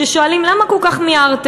ששואלים: למה כל כך מיהרתם?